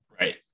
Right